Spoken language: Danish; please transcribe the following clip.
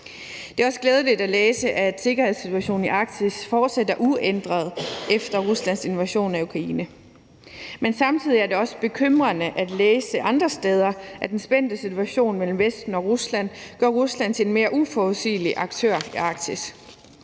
Det er også glædeligt at læse, at sikkerhedssituationen i Arktis fortsat er uændret efter Ruslands invasion af Ukraine. Men samtidig er det også bekymrende at læse andre steder, at den spændte situation mellem Vesten og Rusland gør Rusland til en mere uforudsigelig aktør i Arktis.